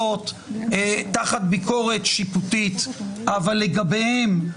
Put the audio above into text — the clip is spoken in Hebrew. בגלל שיש לנו היעדר מקור נורמטיבי כלשהו לביקורת שיפוטית על חוקי יסוד,